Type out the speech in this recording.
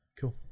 cool